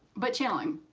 but channeling,